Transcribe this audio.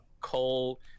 coal